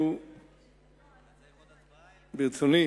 ברצוני